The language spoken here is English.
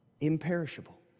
Imperishable